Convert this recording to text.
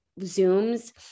zooms